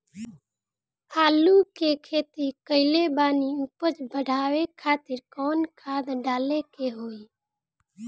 आलू के खेती कइले बानी उपज बढ़ावे खातिर कवन खाद डाले के होई?